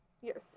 Yes